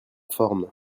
forme